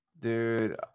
Dude